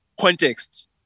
context